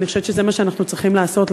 אני חושבת שזה מה שאנחנו צריכים לעשות.